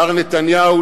מר נתניהו,